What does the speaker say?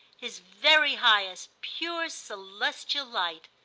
his very highest pure celestial light.